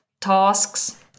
tasks